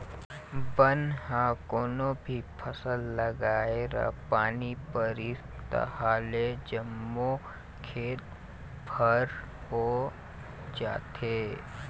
बन ह कोनो भी फसल लगाए र पानी परिस तहाँले जम्मो खेत भर हो जाथे